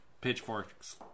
pitchforks